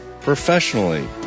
professionally